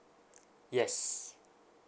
yes